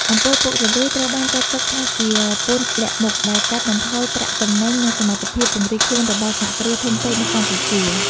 អំពើពុករលួយ ត្រូវបានចាត់ទុកថាជា "ពន្ធលាក់មុខ" ដែលកាត់បន្ថយប្រាក់ចំណេញ និងសមត្ថភាពពង្រីកខ្លួនរបស់សហគ្រាសធុនតូចនៅកម្ពុជា។